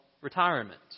retirement